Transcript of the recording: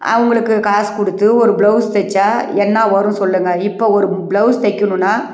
அவங்களுக்கு காசு கொடுத்து ஒரு ப்ளவுஸ் தைச்சா என்ன வரும் சொல்லுங்கள் இப்போ ஒரு ப்ளவுஸ் தைக்கணுன்னா